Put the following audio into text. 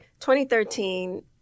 2013